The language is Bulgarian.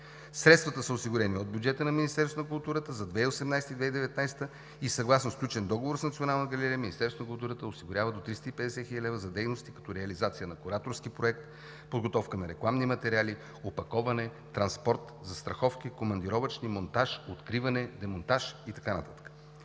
Средствата са осигурени от бюджета на Министерството на културата за 2018 г. и 2019 г. Съгласно сключен договор с Националната галерия Министерството на културата осигурява до 350 хил. лв. за дейности, като реализация на кураторски проект, подготовка на рекламни материали, опаковане, транспорт, застраховки, командировъчни, монтаж, откриване, демонтаж и така